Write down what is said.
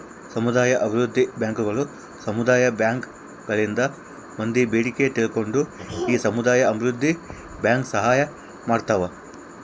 ಸಮುದಾಯ ಅಭಿವೃದ್ಧಿ ಬ್ಯಾಂಕುಗಳು ಸಮುದಾಯ ಬ್ಯಾಂಕ್ ಗಳಿಂದ ಮಂದಿ ಬೇಡಿಕೆ ತಿಳ್ಕೊಂಡು ಈ ಸಮುದಾಯ ಅಭಿವೃದ್ಧಿ ಬ್ಯಾಂಕ್ ಸಹಾಯ ಮಾಡ್ತಾವ